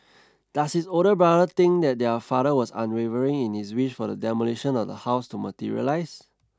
does his older brother think that their father was unwavering in his wish for the demolition of the house to materialise